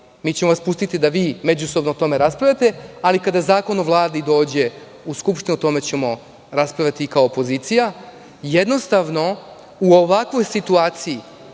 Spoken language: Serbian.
mi ćemo vas pustiti da vi međusobno o tome raspravljate, ali kada Zakon o Vladi dođe u Skupštinu, o tome ćemo raspravljati i kao opozicija. Jednostavno, u ovakvoj situaciji